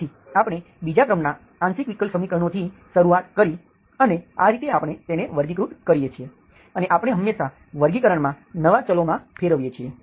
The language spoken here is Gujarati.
તેથી આપણે બીજા ક્રમના આંશિક વિકલ સમીકરણોથી શરૂઆત કરી અને આ રીતે આપણે તેને વર્ગીકૃત કરીએ છીએ અને આપણે હંમેશા વર્ગીકરણમાં નવા ચલો માં ફેરવીએ છીએ